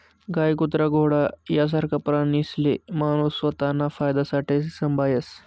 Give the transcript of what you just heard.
गाय, कुत्रा, घोडा यासारखा प्राणीसले माणूस स्वताना फायदासाठे संभायस